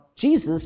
Jesus